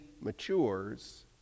matures